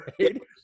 right